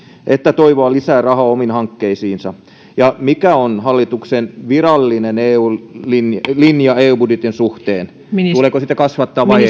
että toivoa lisää rahaa omiin hankkeisiinsa ja mikä on hallituksen virallinen linja eu budjetin suhteen tuleeko sitä kasvattaa vai